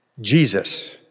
Jesus